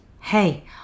hey